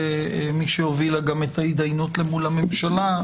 היא מי שהובילה את ההתדיינות אל מול הממשלה.